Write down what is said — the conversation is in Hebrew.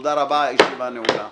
תודה רבה, הישיבה נעולה.